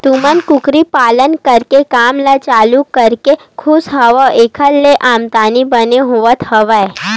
तुमन कुकरी पालन करे के काम ल चालू करके खुस हव ऐखर ले आमदानी बने होवत हवय?